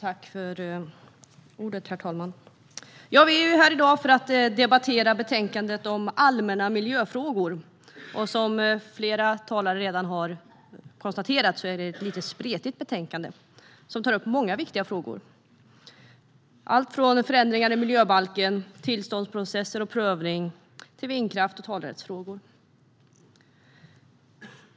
Herr talman! Vi är här i dag för att debattera betänkandet Allmänna miljöfrågor . Som flera talare har konstaterat är det ett lite spretigt betänkande som tar upp många viktiga frågor - allt från förändringar i miljöbalken till tillståndsprocesser och prövning, vindkraft och talerättsfrågor.